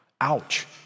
Ouch